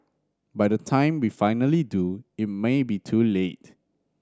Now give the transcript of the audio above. by the time we finally do it may be too late